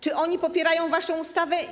Czy oni popierają waszą ustawę?